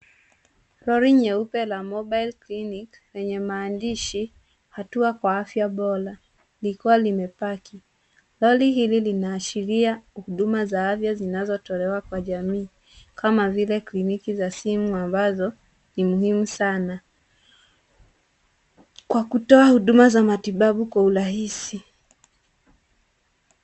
Lori nyeupe la mobile clinic lenye maandishi hatua kwa afya bora , likiwa limepaki. Lori hili linaashiria huduma za afya zinazotolewa kwa jamii, kama vile kliniki za simu ambazo ni muhimu sana, kwa kutoa huduma za matibabu kwa urahisi.